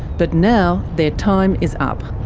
but now, their time is up.